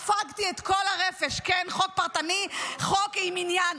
ספגתי את כל הרפש, כן, חוק פרטני, חוק עם עניין.